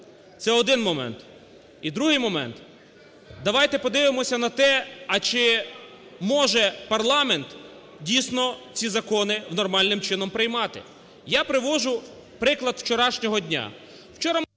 Це один момент. І другий момент. Давайте подивимося на те, а чи може парламент дійсно ці закони нормальним чином приймати. Я привожу приклад вчорашнього дня.